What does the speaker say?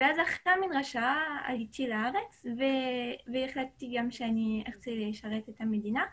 אחרי המדרשה עליתי לארץ והחלטתי שאני אשרת את המדינה.